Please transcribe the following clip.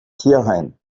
tierheim